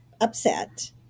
upset